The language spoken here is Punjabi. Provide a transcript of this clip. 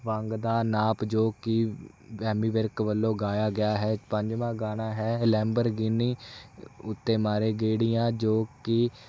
ਵੰਗ ਦਾ ਨਾਪ ਜੋ ਕਿ ਐਮੀ ਵਿਰਕ ਵੱਲੋਂ ਗਾਇਆ ਗਿਆ ਹੈ ਪੰਜਵਾਂ ਗਾਣਾ ਹੈ ਲੈਬਰਗੀਨੀ ਉੱਤੇ ਮਾਰੇ ਗੇੜੀਆਂ ਜੋ ਕਿ